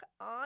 on